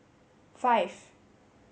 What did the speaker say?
five